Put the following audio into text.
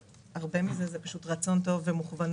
הרבה מזה זה פשוט רצון טוב ומוכוונות,